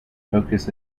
focus